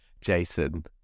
Jason